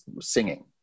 singing